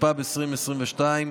התשפ"ב 2022,